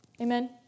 Amen